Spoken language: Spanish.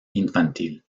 infantil